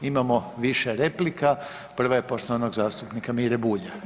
Imamo više replika, prva je poštovanog zastupnika Mire Bulja.